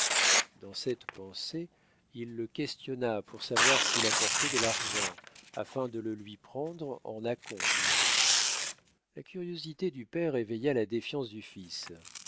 dans cette pensée il le questionna pour savoir s'il apportait de l'argent afin de le lui prendre en à-compte la curiosité du père éveilla la défiance du fils